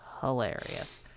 hilarious